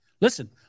Listen